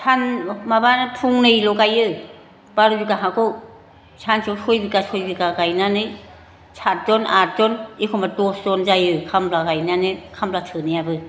सान माबा फुंनै लगायो बार' बिगा हाखौ सानसेयाव सय बिगा सय बिगा गायनानै सात जन आद जन एखनबा दस जन जायो खामला गायनानै खामला थोनायाबो